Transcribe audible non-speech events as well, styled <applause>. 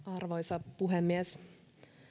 <unintelligible> arvoisa puhemies